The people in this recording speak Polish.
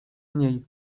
niej